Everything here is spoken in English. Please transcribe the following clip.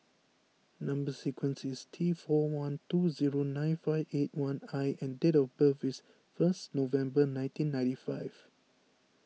Number Sequence is T four one two zero nine five eight I and date of birth is first November nineteen ninety five